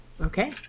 Okay